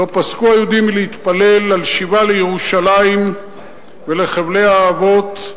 לא פסקו היהודים מלהתפלל על שיבה לירושלים ולחבלי האבות,